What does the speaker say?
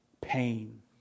pain